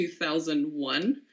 2001